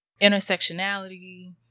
intersectionality